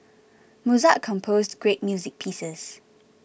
Mozart composed great music pieces